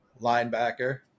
linebacker